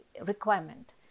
requirement